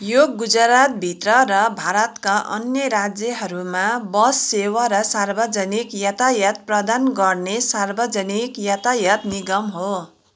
यो गुजरातभित्र र भारतका अन्य राज्यहरूमा बस सेवा र सार्वजनिक यातायात प्रदान गर्ने सार्वजनिक यातायात निगम हो